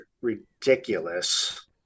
ridiculous